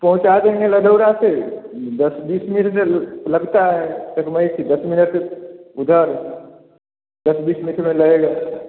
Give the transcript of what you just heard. दो चार मील में लदौरा से दस बीस मिनट लगता है चकमाइसी दस मिनट उधर दस बीस मिनट तो लगेगा